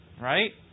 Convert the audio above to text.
right